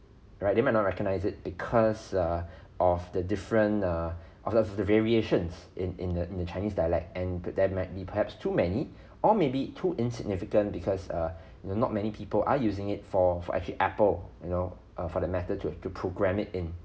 right they might not recognize it because err of the different err of the variations in in the in the chinese dialect and that might be perhaps too many or maybe too insignificant because err not many people are using it for for actually apple you know err for the matter to the program it in